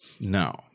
No